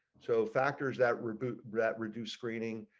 so factors that reboot that reduce screening,